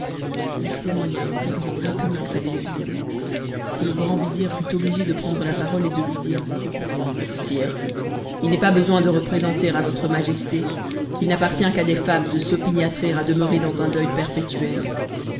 ii témoigna une si grande répugnance à les écouter que le grand vizir fut obligé de prendre la parole et de lui dire sire il n'est pas besoin de représenter à votre majesté qu'il n'appartient qu'à des femmes de s'opiniâtrer à demeurer dans un deuit perpétuel